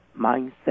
mindset